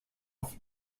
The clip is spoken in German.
auf